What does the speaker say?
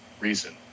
reason